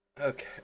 Okay